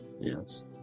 yes